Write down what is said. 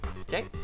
Okay